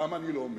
למה אני לא אומר?